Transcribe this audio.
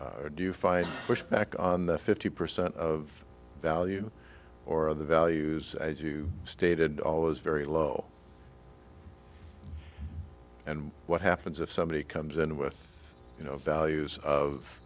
do you find pushback on the fifty percent of value or are the values as you stated always very low and what happens if somebody comes in with you know values of